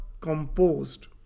composed